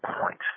point